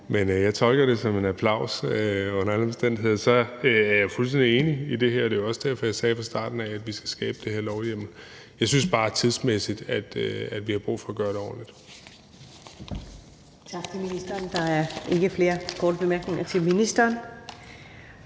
men jeg tolker det under alle omstændigheder som en applaus. Så er jeg fuldstændig enig i det her, og det var også derfor, jeg sagde fra starten af, at vi skal skabe den her lovhjemmel. Tidsmæssigt synes jeg bare, vi har brug for at gøre det ordentligt.